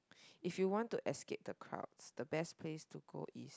if you want to escape the crowds the best place to go is